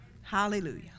Hallelujah